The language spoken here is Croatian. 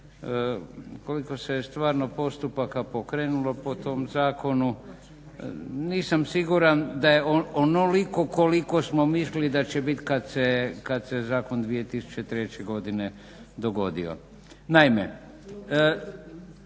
koliko se stvarno postupak pokrenulo po tom zakonu nisam siguran da je onoliko koliko smo mislili kada se je zakon 2003.godine dogodio.